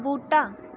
बूह्टा